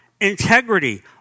integrity